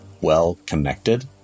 well-connected